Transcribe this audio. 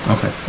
Okay